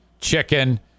chicken